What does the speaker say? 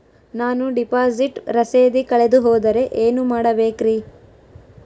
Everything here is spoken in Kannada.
ನಾನು ಡಿಪಾಸಿಟ್ ರಸೇದಿ ಕಳೆದುಹೋದರೆ ಏನು ಮಾಡಬೇಕ್ರಿ?